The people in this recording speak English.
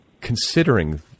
considering